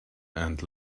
and